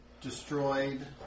destroyed